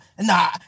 nah